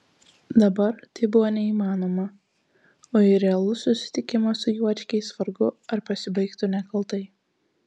dabar tai buvo neįmanoma o ir realus susitikimas su juočkiais vargu ar pasibaigtų nekaltai